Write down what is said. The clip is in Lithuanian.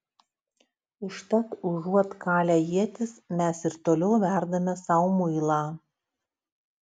užtat užuot kalę ietis mes ir toliau verdame sau muilą